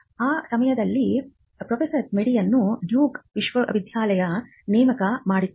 ಆ ಸಮಯದಲ್ಲಿ ಪ್ರೊಫೆಸರ್ ಮೇಡಿಯನ್ನು ಡ್ಯೂಕ್ ವಿಶ್ವವಿದ್ಯಾಲಯ ನೇಮಕ ಮಾಡಿತು